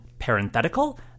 parenthetical